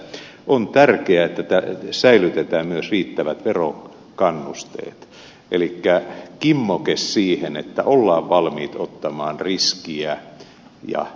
lehti tuli on tärkeää että säilytetään myös riittävät verokannusteet elikkä kimmoke siihen että ollaan valmiit ottamaan riskiä ja